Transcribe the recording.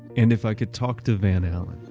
and if i could talk to van alen,